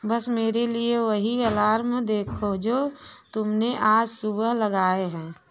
बस मेरे लिए वही अलार्म देखो जो तुमने आज सुबह लगाए हैं